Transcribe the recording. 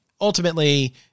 ultimately